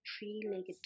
Three-legged